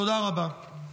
תודה רבה.